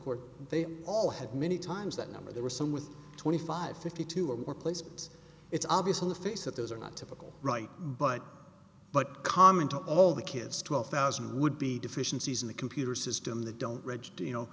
court they all had many times that number there were some with twenty five fifty two or more places it's obvious on the face that those are not typical right but but common to all the kids twelve thousand would be deficiencies in the computer system the don't